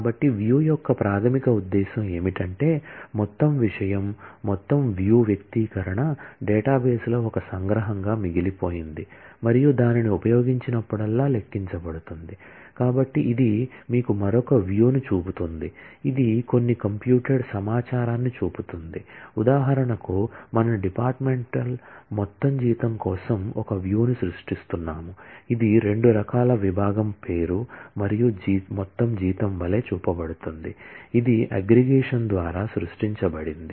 కాబట్టి వ్యూ ను సృష్టిస్తున్నాము ఇది రెండు రంగాల విభాగం పేరు మరియు మొత్తం జీతం వలె చూపబడుతుంది ఇది అగ్రిగేషన్ ద్వారా సృష్టించబడింది